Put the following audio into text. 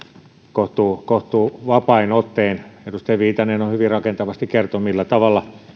kohtuuvapain ottein vaikka edustaja viitanen hyvin rakentavasti kertoi millä tavalla